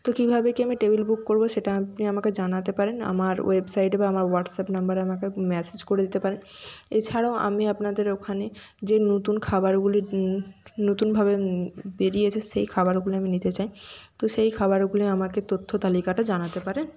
তো কীভাবে কী আমি টেবিল বুক করবো সেটা আপনি আমাকে জানাতে পারেন আমার ওয়েবসাইটে আমার হোয়াটসঅ্যাপ নাম্বারে আমাকে ম্যাসেজ করে দিতে পারে এছাড়াও আমি আপনাদের ওখানে যে নতুন খাবারগুলি নতুনভাবে বেরিয়েছে সেই খাবারগুলি আমি নিতে চাই তো সেই খাবারগুলি আমাকে তথ্য তালিকাটা জানাতে পারেন